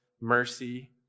mercy